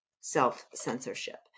self-censorship